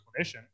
clinician